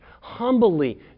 humbly